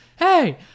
hey